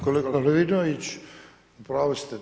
Kolega Lovrinović u pravu ste.